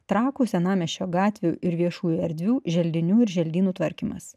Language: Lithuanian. trakų senamiesčio gatvių ir viešųjų erdvių želdinių ir želdynų tvarkymas